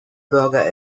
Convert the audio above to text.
burger